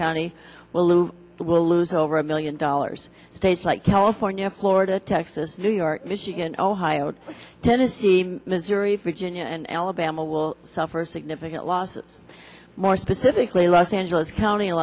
county well lou will lose over a million dollars states like california florida texas new york michigan ohio tennessee missouri virginia and alabama will suffer significant losses more specifically los angeles county